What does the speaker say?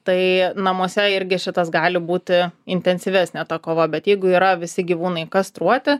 tai namuose irgi šitas gali būti intensyvesnė kova bet jeigu yra visi gyvūnai kastruoti